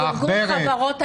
על העכברת.